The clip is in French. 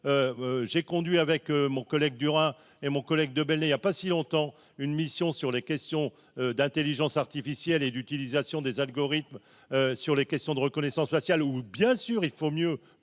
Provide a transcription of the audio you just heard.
j'ai conduit avec mon collègue du hein et mon collègue de Belley, il y a pas si longtemps, une mission sur les questions d'Intelligence artificielle et d'utilisation des algorithmes sur les questions de reconnaissance faciale ou bien sûr, il faut mieux